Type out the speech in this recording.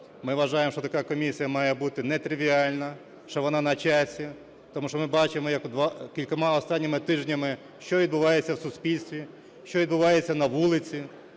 Ми вважаємо, що така комісія має бути не тривіальна, що вона на часі, тому що ми бачимо, що кількома останніми тижнями, що відбувається в суспільстві, що відбувається на вулиці,